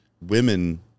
women